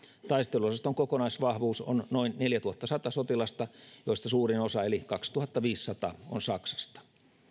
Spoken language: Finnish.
taisteluosaston kokonaisvahvuus on noin neljätuhattasata sotilasta joista suurin osa eli kaksituhattaviisisataa on saksasta